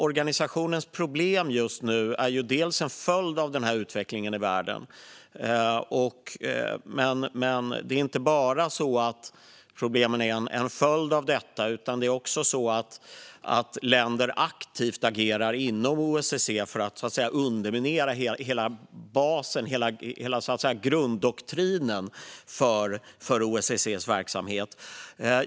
Organisationens problem just nu är delvis en följd av utvecklingen i världen, men inte bara. Det är också så att länder aktivt agerar inom OSSE för att, så att säga, underminera hela basen, grunddoktrinen, för OSSE:s verksamhet.